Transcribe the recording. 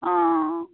অঁ